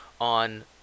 on